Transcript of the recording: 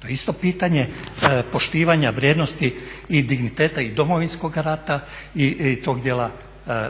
To je isto pitanje poštivanja vrijednosti i digniteta i Domovinskog rata i tog dijela